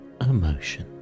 emotion